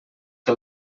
que